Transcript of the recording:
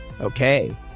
Okay